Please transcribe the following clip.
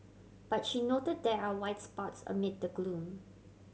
but she noted there are spots amid the gloom